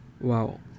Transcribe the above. Wow